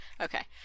Okay